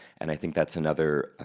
and i think that's another